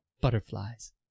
butterflies